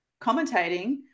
commentating